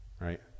Right